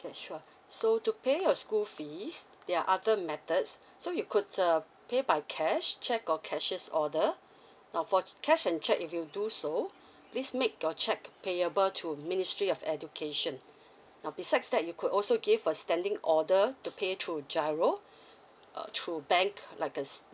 okay sure so to pay your school fees there're other methods so you could uh pay by cash cheque or cashiers order and for cash and cheque if you do so please make your cheque payable to ministry of education um besides that you could also give a standing order to pay through G_I_R_O uh through bank like us